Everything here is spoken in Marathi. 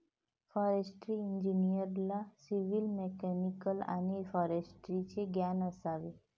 फॉरेस्ट्री इंजिनिअरला सिव्हिल, मेकॅनिकल आणि फॉरेस्ट्रीचे ज्ञान असावे